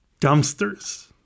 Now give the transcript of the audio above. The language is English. dumpsters